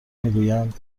میگویند